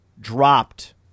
dropped